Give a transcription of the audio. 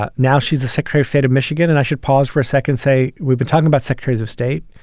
ah now, she's a secretary of state of michigan. and i should pause for a second. say we've been talking about secretaries of state.